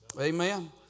Amen